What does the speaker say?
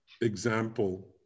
example